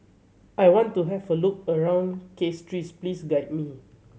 I want to have a look around Castries please guide me